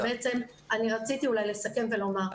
שבעצם רציתי לסכם ולומר,